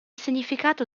significato